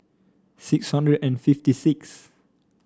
six hundred and fifty six